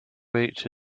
beach